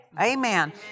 Amen